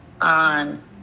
on